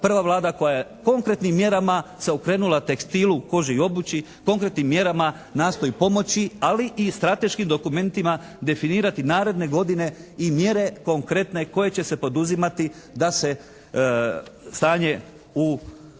prva Vlada koja je konkretnim mjerama se okrenula tekstilu, koži i obući, konkretnim mjerama nastoji pomoći, ali i strateško dokumentima definirati naredne godine i mjere konkretne koje će se poduzimati da se stanje u